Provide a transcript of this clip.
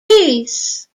peace